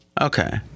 Okay